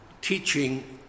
teaching